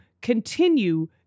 continue